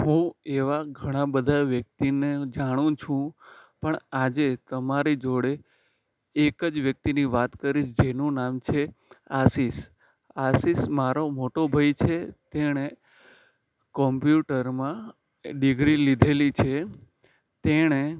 હું એવા ઘણા બધા વ્યક્તિને જાણું છું પણ આજે તમારી જોડે એક જ વ્યક્તિની વાત કરીશ જેનું નામ છે આશિષ આશિષ મારો મોટો ભાઈ છે તેણે કોમ્પ્યુટરમાં ડિગ્રી લીધેલી છે તેણે